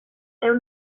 ehun